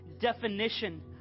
definition